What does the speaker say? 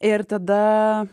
ir tada